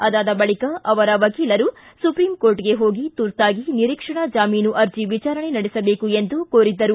ಅದಾದ ಬಳಿಕ ಅವರ ವಕೀಲರು ಸುಪ್ರೀಂ ಕೋರ್ಟ್ಗೆ ಹೋಗಿ ತುರ್ತಾಗಿ ನಿರೀಕ್ಷಣಾ ಜಾಮೀನು ಅರ್ಜಿ ವಿಚಾರಣೆ ನಡೆಸಬೇಕು ಎಂದು ಕೋರಿದ್ದರು